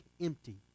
empty